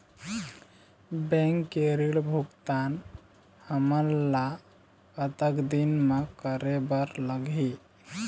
Bank के ऋण भुगतान हमन ला कतक दिन म करे बर लगही?